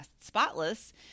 spotless